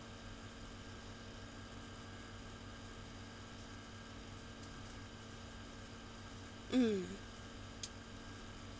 um